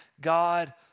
God